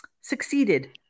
succeeded